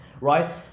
right